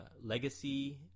legacy